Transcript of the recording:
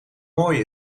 mooi